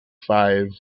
five